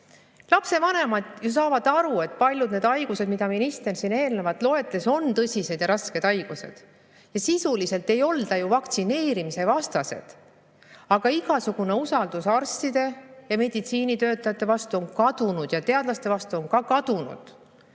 Lapsevanemad saavad aru, et paljud haigused, mida minister siin eelnevalt loetles, on tõsised ja rasked haigused. Ja sisuliselt ei olda vaktsineerimise vastased. Aga igasugune usaldus arstide ja meditsiinitöötajate vastu ja teadlaste vastu on kadunud.